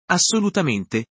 Assolutamente